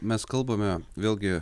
mes kalbame vėlgi